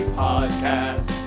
podcast